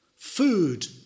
Food